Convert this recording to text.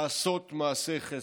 לעשות מעשי חסד.